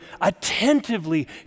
attentively